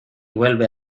vuelve